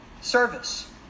service